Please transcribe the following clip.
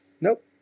Nope